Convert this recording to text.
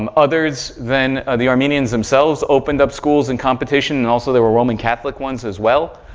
um others then the armenians themselves opened up schools and competition, and, also, there were roman catholic ones as well.